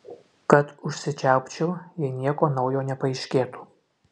kad užsičiaupčiau jei nieko naujo nepaaiškėtų